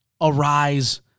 arise